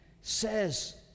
says